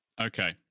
okay